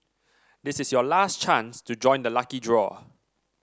this is your last chance to join the lucky draw